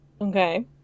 Okay